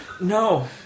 No